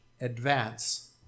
advance